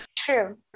True